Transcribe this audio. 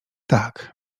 tak